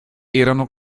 erano